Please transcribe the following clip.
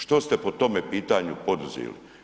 Što ste po tome pitanju poduzeli?